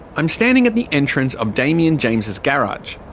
i'm standing at the entrance of damian james's garage.